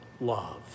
love